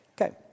Okay